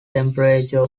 temperature